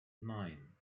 nine